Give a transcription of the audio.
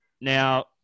Now